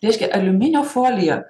reiškia aliuminio folija